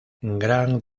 gran